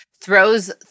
throws